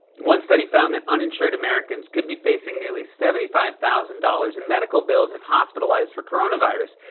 one study found that uninsured americans could be facing nearly seventy five thousand dollars in medical bills if hospitalized for coronavirus,